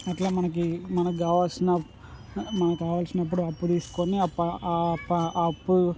అట్లా మనకి మనకి కావాల్సిన మనకు కావాల్సినపుడు అప్పు తీసుకొని ఆ ప ఆ ప ఆ అప్పు